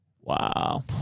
Wow